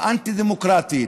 האנטי-דמוקרטית,